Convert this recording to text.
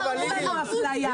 אין לנו אפליה.